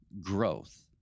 growth